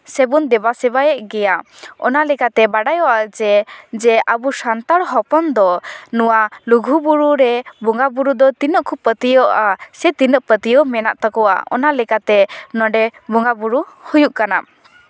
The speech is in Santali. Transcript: ᱥᱮᱵᱚᱱ ᱫᱮᱵᱟ ᱥᱮᱵᱟᱭᱮᱜ ᱜᱮᱭᱟ ᱚᱱᱟ ᱞᱮᱠᱟᱛᱮ ᱵᱟᱰᱟᱭᱚᱜᱼᱟ ᱡᱮ ᱡᱮ ᱟᱵᱚ ᱥᱟᱱᱛᱟᱲ ᱦᱚᱯᱚᱱ ᱫᱚ ᱱᱚᱣᱟ ᱞᱩᱜᱩᱼᱵᱩᱨᱩᱨᱮ ᱵᱚᱸᱜᱟ ᱵᱳᱨᱳ ᱫᱚ ᱛᱤᱱᱟᱹᱜ ᱠᱚ ᱯᱟᱹᱛᱭᱟᱹᱣᱚᱜᱼᱟ ᱥᱮ ᱛᱤᱱᱟᱹᱜ ᱯᱟᱹᱛᱭᱟᱹᱣ ᱫᱚ ᱢᱮᱱᱟᱜ ᱛᱟᱠᱚᱣᱟ ᱚᱱᱟ ᱞᱮᱠᱟᱛᱮ ᱱᱚᱰᱮ ᱵᱚᱸᱜᱟ ᱵᱳᱨᱳ ᱦᱩᱭᱩᱜ ᱠᱟᱱᱟ